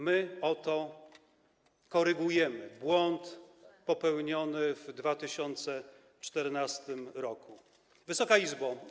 My oto korygujemy błąd popełniony w 2014 r. Wysoka Izbo!